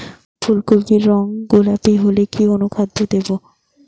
ফুল কপির রং গোলাপী হলে কি অনুখাদ্য দেবো?